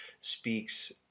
speaks